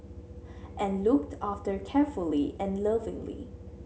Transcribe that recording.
and looked after carefully and lovingly